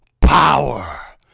Power